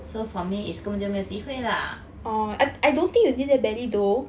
so for me it's 根本没有机会 lah